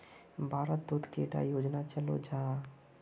भारत तोत कैडा योजना चलो जाहा?